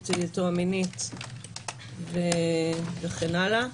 נטייתו המינית וכן הלאה.